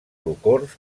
socors